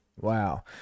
Wow